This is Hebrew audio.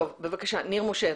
טוב בבקשה ניר משה,